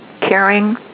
caring